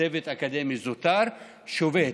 "צוות אקדמי זוטר" שובת.